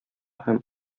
һәм